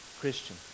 Christian